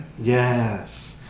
Yes